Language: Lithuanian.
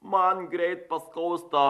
man greit paskausta